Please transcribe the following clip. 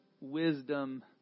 wisdom